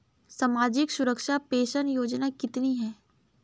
सामाजिक सुरक्षा पेंशन योजना कितनी हैं?